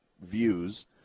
views